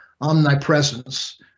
omnipresence